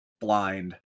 blind